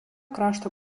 krašto